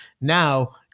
Now